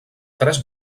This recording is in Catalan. tres